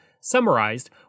summarized